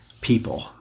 people